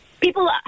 people